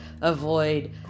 Avoid